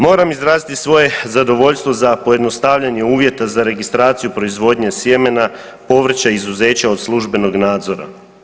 Moram izraziti svoje zadovoljstvo za pojednostavljenje uvjeta za registraciju proizvodnje sjemena povrća izuzeća od službenog nadzora.